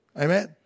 Amen